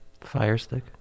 Firestick